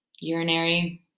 urinary